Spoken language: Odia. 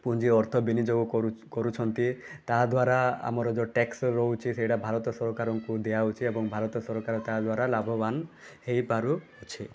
ପୁଞ୍ଜି ଅର୍ଥ ବିନିଯୋଗ କରୁଛ କରୁଛନ୍ତି ତା'ଦ୍ଵାରା ଆମର ଯେଉଁ ଟ୍ୟାକ୍ସ ରହୁଛି ସେଇଟା ଭାରତ ସରକାରଙ୍କୁ ଦିଆ ହେଉଛି ଏବଂ ଭାରତ ସରକାର ତା'ଦ୍ୱାରା ଲାଭବାନ ହେଇପାରୁଛି